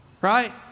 Right